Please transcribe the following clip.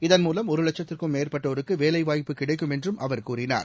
இதன் மூலம் ஒருலட்கத்திற்கும் மேற்பட்டோருக்குவேலைவாய்ப்பு கிடைக்கும் என்றும் அவர் கூறினார்